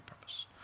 purpose